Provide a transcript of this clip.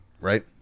right